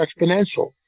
exponential